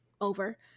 over